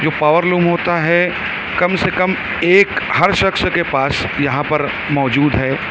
جو power loom ہوتا ہے کم سے کم ایک ہر شخص کے پاس یہاں پر موجود ہے